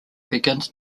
begins